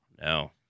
no